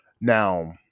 Now